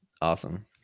Awesome